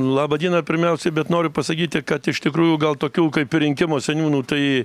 laba diena pirmiausiai bet noriu pasakyti kad iš tikrųjų gal tokių kaip ir rinkimo seniūnų tai